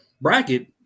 bracket